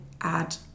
add